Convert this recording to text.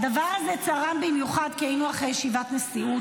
שהדבר הזה צרם במיוחד כי היינו אחרי ישיבת נשיאות